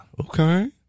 Okay